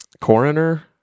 coroner